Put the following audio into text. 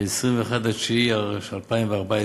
ב-21 בספטמבר 2014